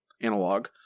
analog